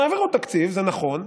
העבירו תקציב, זה נכון,